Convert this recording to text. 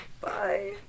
Bye